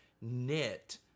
knit